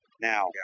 Now